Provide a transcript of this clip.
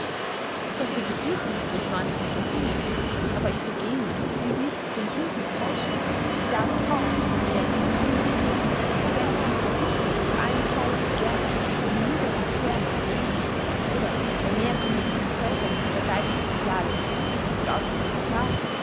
daß die bedürfnisse des jahrhunderts aber iphigenien und nicht chriemhilden erheischen bedarf kaum der näheren begründung und wenn unsere dichter zu allen zeiten gern in den niederen sphären des lebens oder bei mehr primitiven völkern ihre weiblichen ideale gesucht und ausgebildet haben